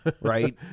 right